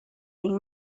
این